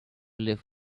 live